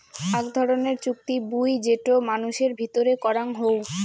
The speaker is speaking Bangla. আক ধরণের চুক্তি বুই যেটো মানুষের ভিতরে করাং হউ